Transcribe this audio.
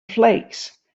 flakes